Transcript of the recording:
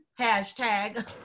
hashtag